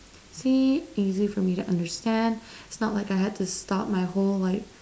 see easy for me to understand it's not like I had to stop my whole like